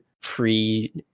free